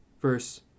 verse